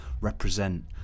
represent